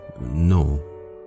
No